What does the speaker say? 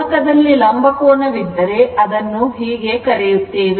ಗುಣಕದಲ್ಲಿ ಲಂಬ ಕೋನ ವಿದ್ದರೆ ಅದನ್ನು ಹೀಗೆ ಕರೆಯುತ್ತೇವೆ